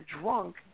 drunk